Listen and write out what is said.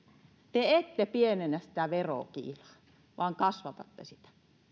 te ette pienennä sitä verokiilaa vaan kasvatatte sitä